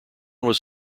was